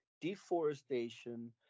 deforestation